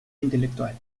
intelectual